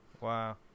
wow